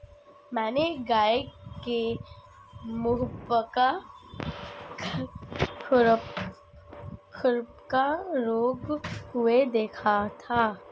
मैंने एक गाय के मुहपका खुरपका रोग हुए देखा था